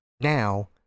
Now